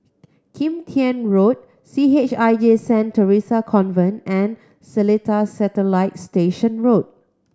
Kim Tian Road C H I J Saint Theresa Convent and Seletar Satellite Station Road